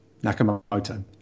nakamoto